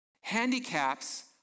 handicaps